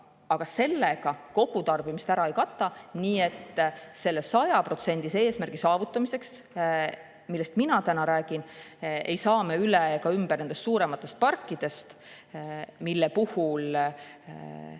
Aga sellega kogutarbimist ära ei kata, nii et selle 100% eesmärgi saavutamiseks, millest mina täna räägin, ei saa me üle ega ümber nendest suurematest parkidest, mille puhul